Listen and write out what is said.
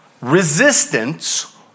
resistance